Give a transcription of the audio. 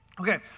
Okay